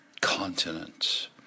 continents